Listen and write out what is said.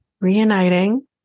reuniting